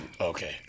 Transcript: Okay